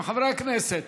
חברי הכנסת,